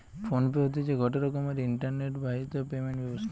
phone pay হতিছে গটে রকমের ইন্টারনেট বাহিত পেমেন্ট ব্যবস্থা